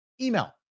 email